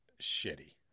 shitty